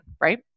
right